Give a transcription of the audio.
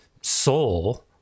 soul